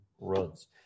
runs